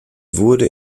wurde